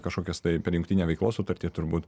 kažkokias tai per jungtinę veiklos sutartį turbūt